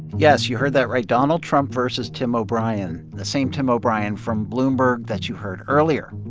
yes, you heard that right, donald trump versus tim o'brien, the same tim o'brien from bloomberg that you heard earlier.